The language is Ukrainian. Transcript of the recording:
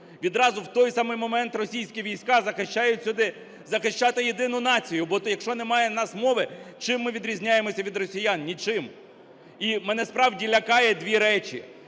відразу в той самий момент російські війська захищають сюди… захищати єдину націю. Бо якщо немає у нас мови, чим ми відрізняємося від росіян? Нічим. І мене справді лякає дві речі.